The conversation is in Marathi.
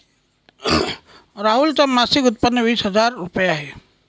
राहुल च मासिक उत्पन्न वीस हजार रुपये आहे